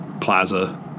Plaza